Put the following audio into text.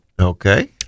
Okay